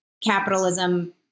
capitalism